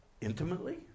intimately